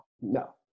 no